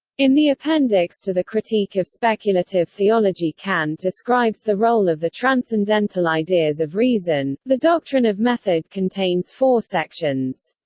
in the appendix to the critique of speculative theology kant describes the role of the transcendental ideas of reason the doctrine of method contains four sections.